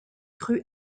cru